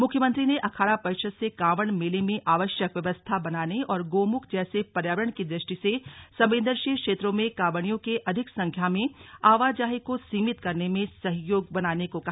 मुख्यमंत्री ने अखाड़ा परिषद से कांवड़ मेले में आवश्यक व्यवस्था बनाने और गोमुख जैसे पर्यावरण की दृष्टि से संवेदनशील क्षेत्रों में कांवड़ियों के अधिक संख्या में आवाजाही को सीमित करने में सहयोगी बनने को कहा